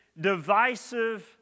divisive